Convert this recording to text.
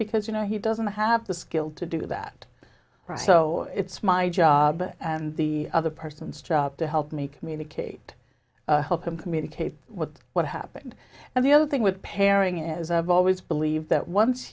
because you know he doesn't have the skill to do that right so it's my job and the other person's job to help me communicate help them communicate what happened and the other thing with pairing is i've always believed that once